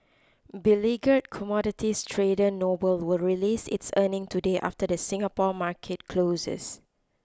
beleaguered commodities trader Noble will release its earnings today after the Singapore market closes